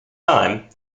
time